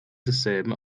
desselben